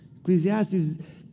Ecclesiastes